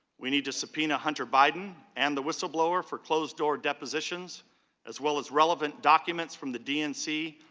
we need to subpoena hunter biden and the whistleblower for closed-door depositions as well as relevant documents from the dnc,